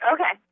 Okay